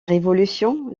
révolution